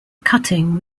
cutting